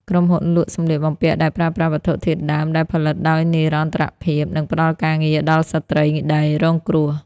ក្រុមហ៊ុនលក់សម្លៀកបំពាក់ដែលប្រើប្រាស់វត្ថុធាតុដើមដែលផលិតដោយនិរន្តរភាព និងផ្តល់ការងារដល់ស្ត្រីដែលរងគ្រោះ។